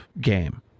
game